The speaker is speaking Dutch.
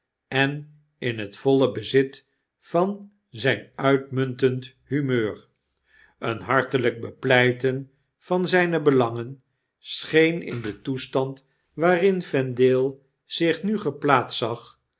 en in het voile bezit van zgn uitmuntend humeur een hartelijk bepleiten van zjjne belangen scheen in den toestand waarin vendale zich nugeplaatstzag voorhettegenwoordigealthans ten